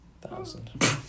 thousand